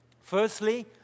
Firstly